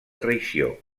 traïció